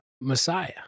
Messiah